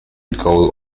goal